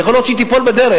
יכול להיות שהיא תיפול בדרך,